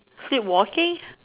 speed walking